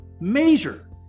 Major